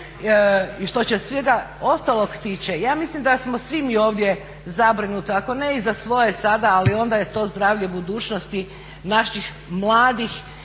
i što se svega ostalog tiče, ja mislim da smo svi mi ovdje zabrinuti ako ne i za svoje sada, ali onda je to zdravlje budućnosti naših mladih